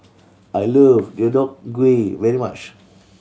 I love Deodeok Gui very much